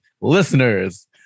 listeners